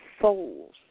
souls